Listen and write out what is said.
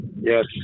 Yes